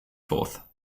forth